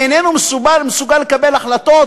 הוא איננו מסוגל לקבל החלטות,